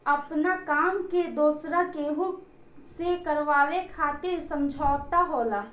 आपना काम के दोसरा केहू से करावे खातिर समझौता होला